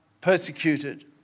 persecuted